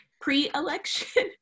pre-election